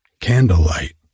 candlelight